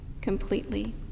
completely